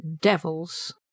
Devils